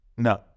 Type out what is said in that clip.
No